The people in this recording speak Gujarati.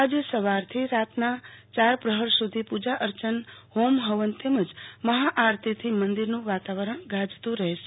આજ સવારથી રાતના યાર પ્રહર સુધી પુજા અર્ચન હોમહવન તેમજ મહાઆરતીથી મંદિરનું વાતાવરણ ગાજતુ રહેશે